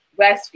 Westview